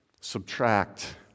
subtract